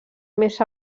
més